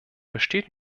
besteht